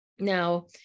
now